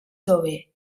jove